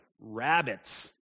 rabbits